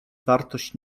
wartość